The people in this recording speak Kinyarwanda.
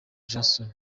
johnson